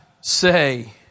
say